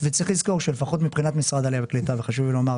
וצריך לזכור שלפחות מבחינת משרד העלייה והקליטה וחשוב לי לומר,